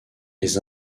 les